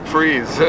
Freeze